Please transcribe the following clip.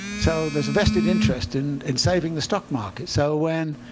so there's a vested interest in in saving the stock market. so when